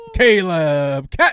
Caleb